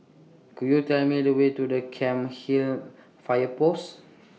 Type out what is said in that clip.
Could YOU Tell Me The Way to The Cairnhill Fire Post